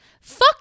fuck